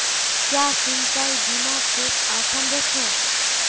क्याँ सिंचाईर बिना खेत असंभव छै?